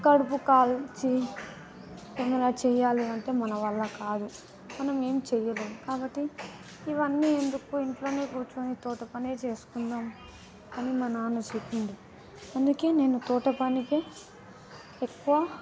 కడుపు కాల్చి ఏమైనా చేయాలి అంటే మన వల్ల కాదు మనం ఏం చేయలేము కాబట్టి ఇవన్నీ ఎందుకు ఇంట్లోనే కూర్చొని తోట పనే చేసుకుందాము అని మా నాన్న చెప్పాడు అందుకే నేను తోట పనికే ఎక్కువ